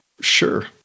Sure